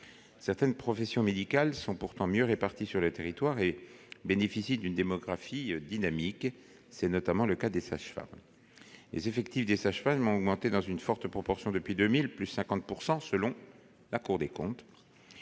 Certaines professions médicales sont pourtant mieux réparties sur le territoire et bénéficient d'une démographie dynamique. C'est notamment le cas des sages-femmes, dont les effectifs ont augmenté dans une forte proportion depuis 2000- de 50 % selon la Cour des comptes.